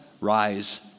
rise